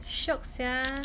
shiok sia